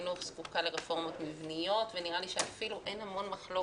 החינוך זקוקה לרפורמות מבניות ונראה לי שאפילו אין מחלוקת,